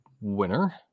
winner